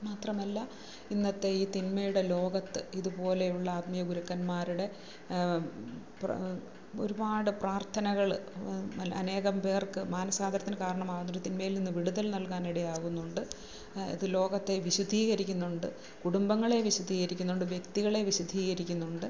മാത്രമല്ല ഇന്നത്തെ ഈ തിന്മയുടെ ലോകത്ത് ഇതുപോലെയുള്ള ആത്മീയ ഗുരുക്കന്മാരുടെ ഒരുപാട് പ്രാർത്ഥനകള് അനേകം പേർക്ക് മനസ്സാന്തരത്തിന് കാരണമാവുന്നുണ്ട് തിന്മയിൽനിന്ന് വിടുതൽ നൽകാൻ ഇടയാകുന്നുണ്ട് ഇത് ലോകത്തെ വിശുദ്ധീകരിക്കുന്നുണ്ട് കുടുംബങ്ങളെ വിശുദ്ധീകരിക്കുന്നുണ്ട് വ്യക്തികളെ വിശുദ്ധീകരിക്കുന്നുണ്ട്